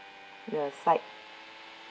the side